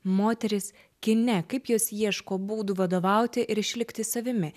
moteris kine kaip jos ieško būdų vadovauti ir išlikti savimi